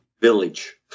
village